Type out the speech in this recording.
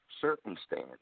Circumstance